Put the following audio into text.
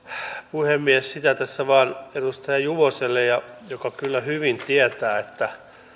puhemies sitä tässä vain edustaja juvoselle joka kyllä hyvin tietää että